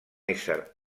ésser